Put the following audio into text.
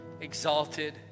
exalted